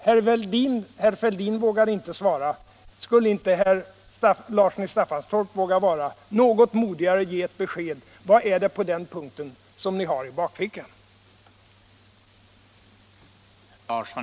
Herr Fälldin vågade inte svara. Skulle inte herr Larsson i Staffanstorp vilja vara något modigare och våga ge ett besked? Vad är det som ni har i bakfickan på den punkten?